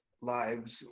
lives